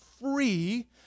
free